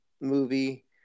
movie